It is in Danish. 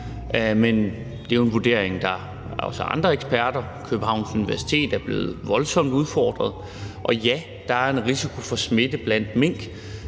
men det er jo en vurdering, der af andre eksperter fra bl.a. Københavns Universitet er blevet voldsomt udfordret. Og ja, der er en risiko for smitte blandt mink,